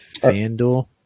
FanDuel